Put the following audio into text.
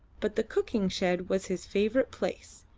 but the cooking shed was his favourite place,